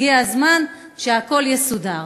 הגיע הזמן שהכול יסודר.